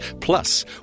Plus